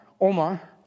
Omar